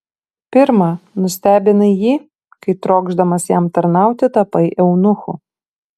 pirma nustebinai jį kai trokšdamas jam tarnauti tapai eunuchu